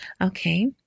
okay